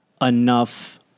enough